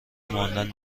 ماندن